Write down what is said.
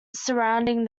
surrounding